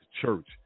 church